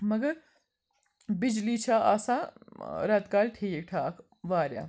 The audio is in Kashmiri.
مگر بجلی چھِ آسان ٲں ریٚتہٕ کالہِ ٹھیٖک ٹھاکھ واریاہ